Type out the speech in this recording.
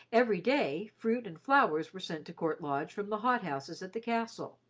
every day, fruit and flowers were sent to court lodge from the hot-houses at the castle.